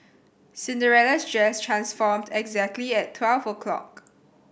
Cinderella's dress transformed exactly at twelve o'clock